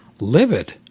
livid